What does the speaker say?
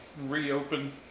reopen